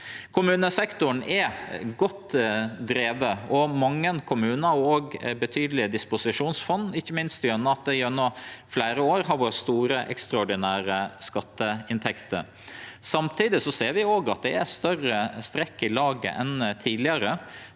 Kommunesektoren er godt driven, og mange kommunar har betydelege disposisjonsfond, ikkje minst fordi det gjennom fleire år har vore store ekstraordinære skatteinntekter. Samtidig ser vi at det er større strekk i laget enn tidlegare,